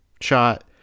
shot